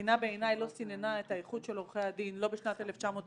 הבחינה לא סיננה את האיכות של עורכי הדין לא בשנת 1996,